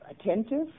attentive